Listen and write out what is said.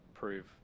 prove